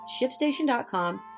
ShipStation.com